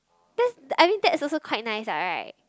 that's that I mean that's also quite nice lah right